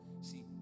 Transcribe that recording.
See